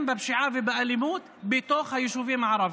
בפשיעה ובאלימות בתוך היישובים הערביים,